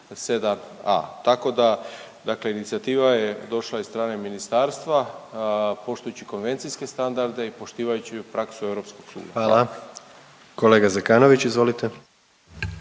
tako da, dakle inicijativa je došla iz strane ministarstva, poštujući konvencijske standarde i poštivajući praksu europskog suda. Hvala. **Jandroković, Gordan